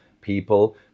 people